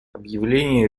объявление